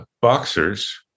boxers